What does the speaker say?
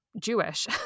Jewish